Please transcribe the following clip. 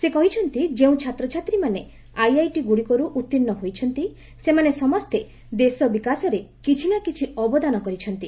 ସେ କହିଛନ୍ତି ଯେଉଁ ଛାତ୍ରଛାତ୍ରୀମାନେ ଆଇଆଇଟି ଗୁଡ଼ିକରୁ ଉତ୍ତୀର୍ଷ୍ଣ ହୋଇଛନ୍ତି ସେମାନେ ସମସ୍ତେ ଦେଶର ବିକାଶରେ କିଛିନାକିଛି ଅବଦାନ କରିଛନ୍ତି